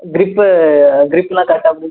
grip க்ரிப்புலாம் கரெக்டாக பிடிக்கு